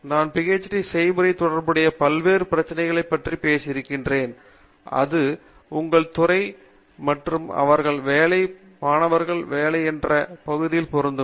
நான் PhD செயல்முறை தொடர்புடைய பல்வேறு பிரச்சினைகள் பற்றி பேசியிருக்கிறேன் அது உங்கள் துறை மற்றும் அவர்கள் வேலை மற்றும் மாணவர்கள் வேலை என்று பகுதிகளில் பொருந்தும்